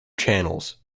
channels